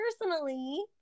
personally